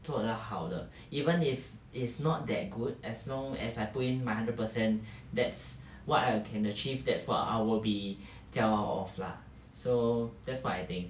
做得好的 even if it's not that good as long as I put in my hundred percent that's what I can achieve that what I will be 骄傲 of lah so that's what I think